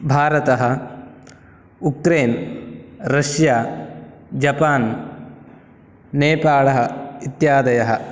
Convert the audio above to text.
भारतम् Ukraine Russia Japan नेपालः इत्यादयः